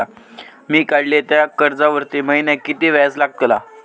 मी काडलय त्या कर्जावरती महिन्याक कीतक्या व्याज लागला?